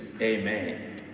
Amen